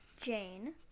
Jane